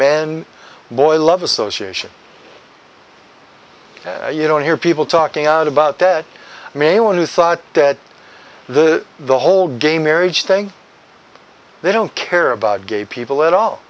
men boy love association you don't hear people talking about dead male a new thought that the the whole gay marriage thing they don't care about gay people at all